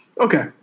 okay